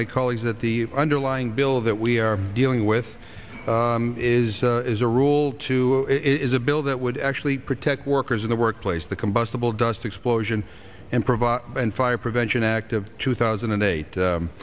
my colleagues that the underlying bill that we are dealing with is as a rule to it is a bill that would actually protect workers in the workplace the combustible dust explosion and provide and fire prevention act of two thousand and eight